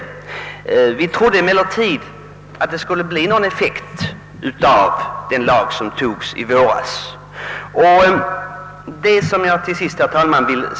Många trodde emellertid att lagen skulle ge effekt, så att det skulle bli en ändring av förhållandena.